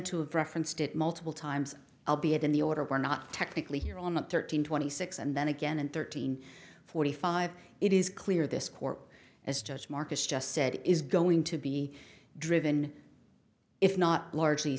to have referenced it multiple times i'll be it in the order or not technically here on the thirteen twenty six and then again and thirteen forty five it is clear this court as judge marcus just said is going to be driven if not largely